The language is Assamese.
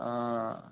অ